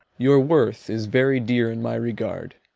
your worth is very dear in my regard.